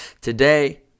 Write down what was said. Today